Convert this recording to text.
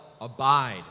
abide